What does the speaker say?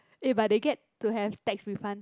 eh but they get to have tax refund